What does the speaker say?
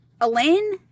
Elaine